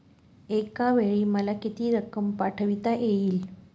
एकावेळी मला किती रक्कम पाठविता येईल?